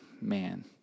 Man